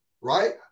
right